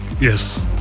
yes